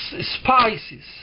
spices